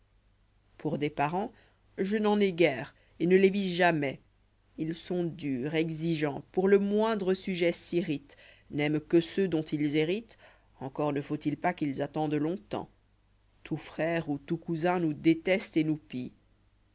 pour des parents je n'en ai guère etne les vis jamais ils sont durs exigeants pour le moindre sujet s'irritent n'aiment que ceux dont ils héritent encor ne faut-il pas qu'ils attendent longtemps tout frère ou tout cousin nous déteste et nous pille